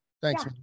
thanks